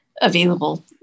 available